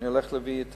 אני הולך להביא את